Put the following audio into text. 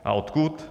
A odkud?